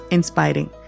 Inspiring